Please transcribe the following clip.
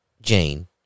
jane